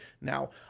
Now